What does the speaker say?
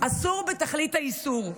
אסור בתכלית האיסור.